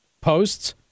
posts